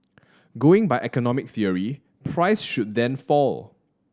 going by economic theory price should then fall